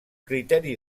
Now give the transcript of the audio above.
criteri